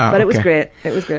but it was great, it was great.